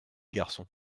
garçon